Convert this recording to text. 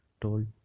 told